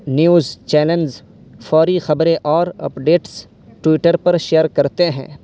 news channels فوری خبریں اور اپ ڈیٹس ٹیوٹر پر شیئر کرتے ہیں